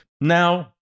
Now